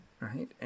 Right